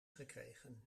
gekregen